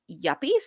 yuppies